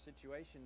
situation